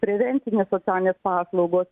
prevencinės socialinės paslaugos